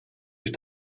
ich